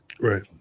Right